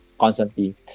Constantly